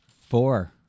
Four